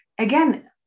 again